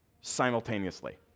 simultaneously